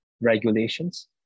regulations